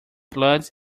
blood